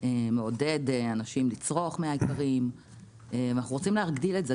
מעודד אנשים לצרוך מהאיכרים ואנחנו רוצים להגדיל את זה,